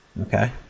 Okay